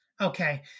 Okay